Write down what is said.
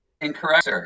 incorrect